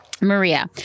Maria